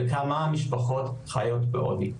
וכמה משפחות חיות בעוני.